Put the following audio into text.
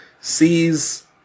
sees